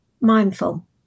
mindful